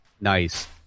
Nice